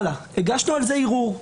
הגשנו על זה ערעור,